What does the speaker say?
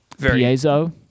Piezo